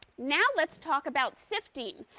now let's talk about sifting.